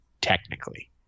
technically